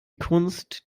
kunst